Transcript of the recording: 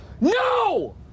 No